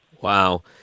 Wow